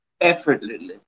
effortlessly